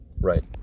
Right